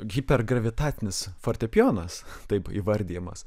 hiper gravitacinis fortepijonas taip įvardijimas